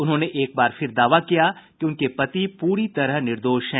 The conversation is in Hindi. उन्होंने एक बार फिर दावा किया कि उनके पति पूरी तरह निर्दोष हैं